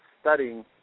studying